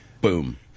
boom